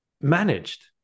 managed